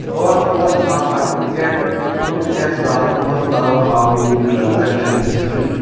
أٹھ ژور زٕ ساس اکوُہ پیٹھ کُنوُہ شیٚتھ زٕ ساس کُنوُہَس تام ہاو میٲنۍ ٹرٚانزیکشَن ہِسٹری